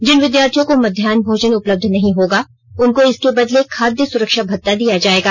जिन विद्यार्थियों को मध्याहन भोजन उपलब्ध नहीं होगा उनको इसके बदले खादय सुरक्षा भता दिया जाएगा